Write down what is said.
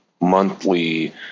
monthly